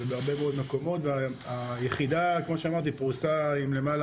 ובהרבה מאוד מקומות והיחידה כמו שאמרתי פרוסה עם למעלה